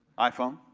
iphone.